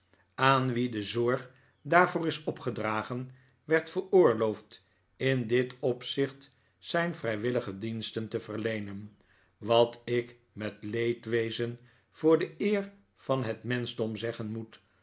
aan wie de zorg daarvoor is opgedragen werd veroorloofd in dit opzicht zijn vrijwillige diensten te verleenen wat ik met leedwezen voor de eer van het menschdom zeggen moet